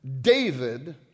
David